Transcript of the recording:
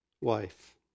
wife